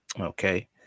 Okay